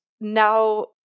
now